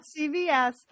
CVS